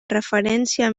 referència